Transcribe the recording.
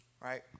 Right